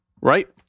right